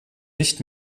nicht